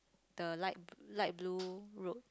the light light blue road